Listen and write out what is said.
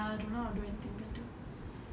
ya don't know how to do anything better